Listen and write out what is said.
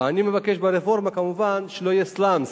ואני מבקש ברפורמה, כמובן, שלא יהיה סלאמס,